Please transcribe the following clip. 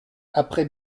après